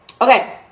okay